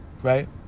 Right